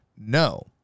No